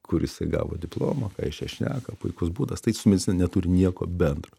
kur jisai gavo diplomą ką jis čia šneka puikus būdas tai su medicina neturi nieko bendro